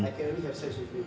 I can only have sex with you